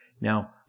Now